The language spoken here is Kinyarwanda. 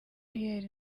pierre